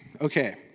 Okay